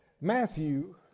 Matthew